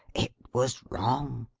it was wrong.